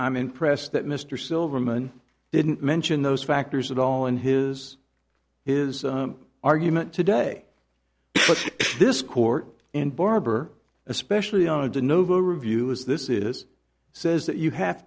i'm impressed that mr silverman didn't mention those factors at all in his his argument today this court in barbour especially on the novo review is this is says that you have